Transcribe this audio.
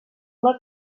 una